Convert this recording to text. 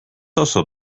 also